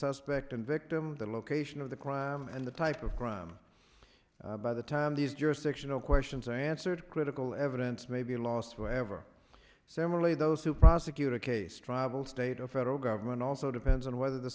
suspect and victim the location of the crime and the type of crime by the time these jurisdictional questions are answered critical evidence may be lost forever similarly those who prosecute a case tribal state or federal government also depends on whether the